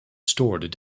stored